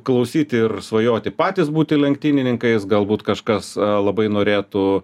klausyti ir svajoti patys būti lenktynininkais galbūt kažkas labai norėtų